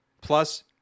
plus